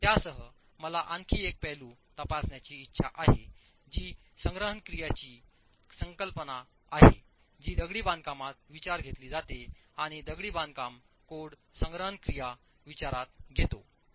त्यासह मला आणखी एक पैलू तपासण्याची इच्छा आहे जी संग्रहण क्रियाची संकल्पना आहे जी दगडी बांधकामात विचारात घेतली जाते आणि दगडी बांधकाम कोड संग्रहण क्रिया विचारात घेते